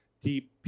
deep